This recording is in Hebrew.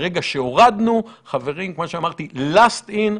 ברגע שהורדנו, חברים, כמו שאמרתי, last in,